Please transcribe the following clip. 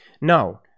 no